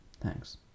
Thanks